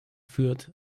führt